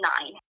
nine